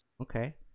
Okay